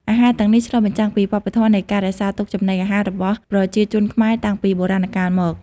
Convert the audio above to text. អាហារទាំងនេះឆ្លុះបញ្ចាំងពីវប្បធម៌នៃការរក្សាទុកចំណីអាហាររបស់ប្រជាជនខ្មែរតាំងពីបុរាណកាលមក។